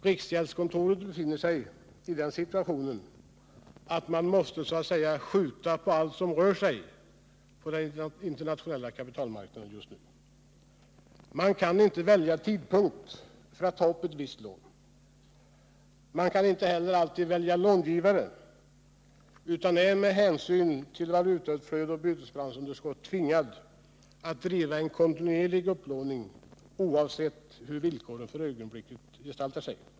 Riksgäldskontoret befinner sig i den situationen att man, så att säga, måste ”skjuta på allt som rör sig” på den internationella kapitalmarknaden just nu. Man kan inte välja tidpunkt för att ta upp ett visst lån. Man kan inte heller alltid välja långivare, utan är med hänsyn till valutautflöde och bytesbalansunderskott tvingad att driva en kontinuerlig upplåning oavsett hur villkoren för ögonblicket gestaltar sig.